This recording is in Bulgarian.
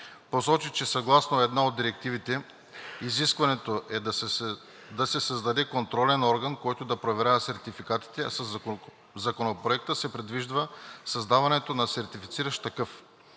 Посочи, че съгласно една от директивите изискването е да се създаде контролен орган, който да проверява сертификатите, а със Законопроекта се предвижда създаването на сертифициращ такъв.